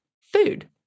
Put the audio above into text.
food